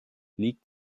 liegt